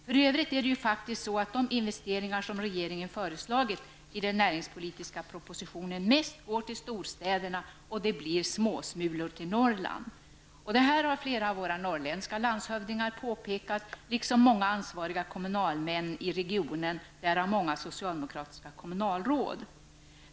För övrigt är det faktiskt så att de investeringar som regeringen föreslagit i den näringspolitiska propositionen mest går till storstäderna, och det blir småsmulor till Norrland. Detta har flera av våra norrländska landshövdingar påpekat liksom många ansvariga kommunalmän i regionen, däribland flera socialdemokratiska kommunalråd.